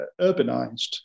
urbanized